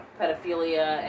pedophilia